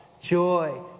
joy